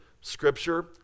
Scripture